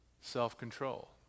Self-control